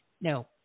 No